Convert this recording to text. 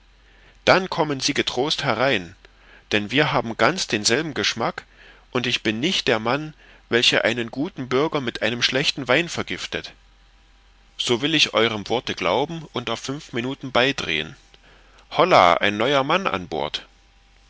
dann kommen sie getrost herein denn wir haben ganz denselben geschmack und ich bin nicht der mann welcher einen guten bürger mit einem schlechten wein vergiftet so will ich eurem worte glauben und auf fünf minuten beidrehen hollah ein neuer mann an bord